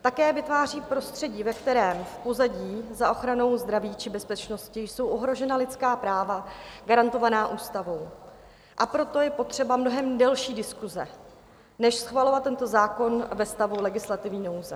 Také vytváří prostředí, ve kterém v pozadí za ochranou zdraví či bezpečnosti jsou ohrožena lidská práva garantovaná ústavou, a proto je potřeba mnohem delší diskuse než schvalovat tento zákon ve stavu legislativní nouze.